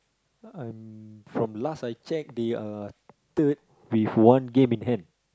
um from last I checked they uh third with one game in hand